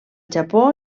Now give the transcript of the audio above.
japó